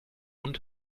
hund